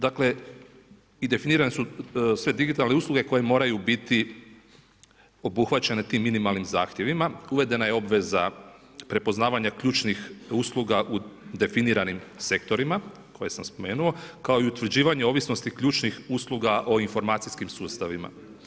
Dakle, i definirane su sve digitalne usluge koje moraju biti obuhvaćene tim minimalnim zahtjevima, uvedena je obveza prepoznavanja ključnih usluga u definiranim sektorima koje sam spomenuo kao i utvrđivanje ovisnosti ključnih usluga o informacijskim sustavima.